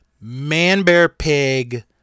Man-Bear-Pig